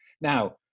Now